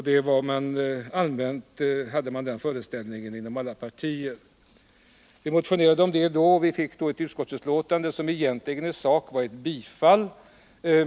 Den föreställningen hade man allmänt inom alla partier. Vår motion ledde till ett utskottsbetänkande som egentligen, i sak, var ett tillstyrkande.